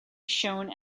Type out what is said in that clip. shown